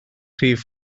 rhif